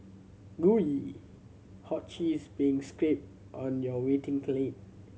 gooey hot cheese being onto your waiting plate